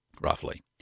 roughly